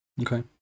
Okay